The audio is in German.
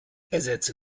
ersetze